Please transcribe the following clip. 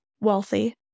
wealthy